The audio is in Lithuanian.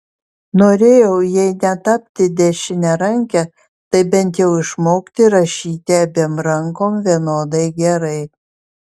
norėjau jei ne tapti dešiniaranke tai bent jau išmokti rašyti abiem rankom vienodai gerai